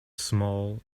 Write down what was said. small